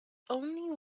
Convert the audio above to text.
only